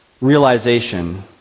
realization